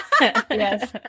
yes